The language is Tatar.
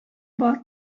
бар